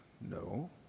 no